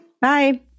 Bye